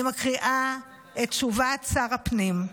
אני מקריאה את תשובת שר הפנים: